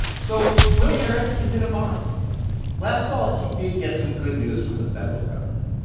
so will harris is in a bind last fall, he did get some good news from the federal government.